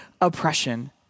oppression